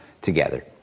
together